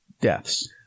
deaths